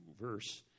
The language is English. verse